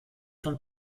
von